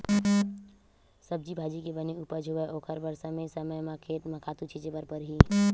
सब्जी भाजी के बने उपज होवय ओखर बर समे समे म खेत म खातू छिते बर परही